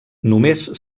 només